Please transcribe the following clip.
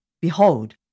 Behold